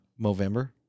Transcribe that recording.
Movember